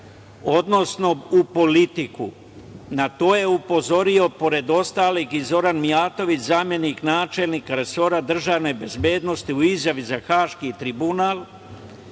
odnosno u politiku. Na to je upozorio, pored ostalih, i Zoran Mijatović, zamenik načelnika resora Državne bezbednosti u izjavi za Haški tribunal,